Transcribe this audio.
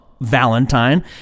Valentine